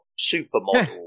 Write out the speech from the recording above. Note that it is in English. supermodel